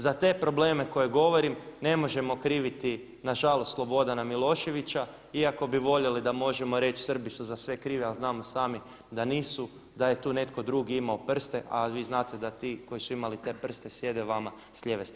Za te probleme koje govorim ne možemo kriviti nažalost Slobodana Miloševića iako bismo voljeli da možemo reći Srbi su za sve krivi ali znamo sami da nisu, da je tu netko drugi imao prste a vi znate da ti koji su imali te prste sjede vama s lijeve strane.